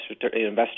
investors